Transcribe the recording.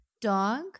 dog